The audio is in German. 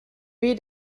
wie